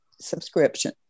subscription